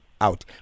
out